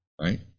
right